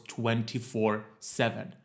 24-7